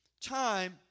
time